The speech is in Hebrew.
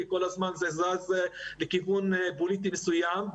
כי כל הזמן זה זז לכיוון פוליטי מסוים.